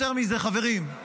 יותר מזה, חברים,